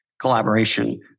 collaboration